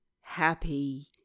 happy